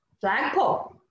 Flagpole